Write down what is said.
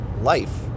life